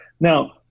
Now